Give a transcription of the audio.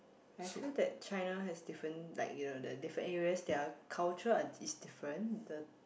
I feel that China has different like you know the different areas their culture are is different the